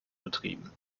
betrieben